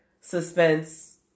suspense